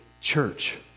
church